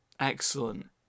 Excellent